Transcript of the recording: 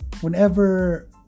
Whenever